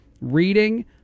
Reading